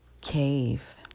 cave